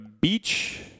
beach